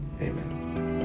Amen